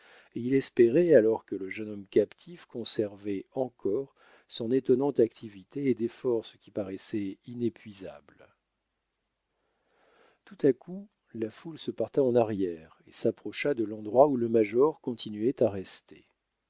et il espérait alors que le jeune captif conservait encore son étonnante activité et des forces qui paraissaient inépuisables tout à coup la foule se porta en arrière et s'approcha de l'endroit où le major continuait à rester